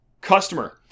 customer